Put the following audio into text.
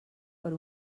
per